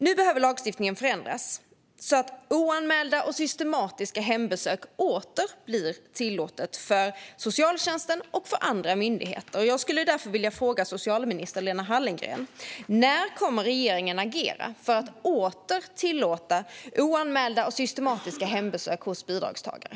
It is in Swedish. Nu behöver lagstiftningen förändras, så att oanmälda och systematiska hembesök åter blir tillåtna för socialtjänsten och andra myndigheter. Jag skulle därför vilja fråga socialminister Lena Hallengren: När kommer regeringen att agera för att åter tillåta oanmälda och systematiska hembesök hos bidragstagare?